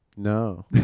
No